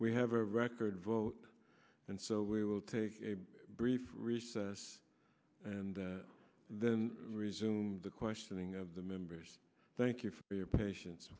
we have a record vote and so we will take a brief recess and then resume the questioning of the members thank you for your patience